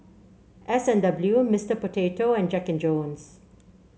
S and W Mister Potato and Jack And Jones